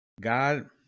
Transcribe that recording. God